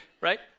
right